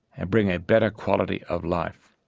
and bring a better quality of life.